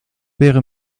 wäre